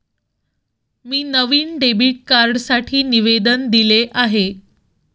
मी नवीन डेबिट कार्डसाठी निवेदन दिले आहे